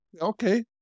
okay